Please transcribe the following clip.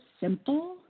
simple